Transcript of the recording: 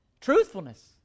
Truthfulness